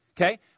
Okay